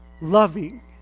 loving